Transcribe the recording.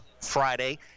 Friday